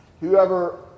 Whoever